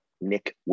Nick